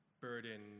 burden